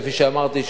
כפי שאמרתי,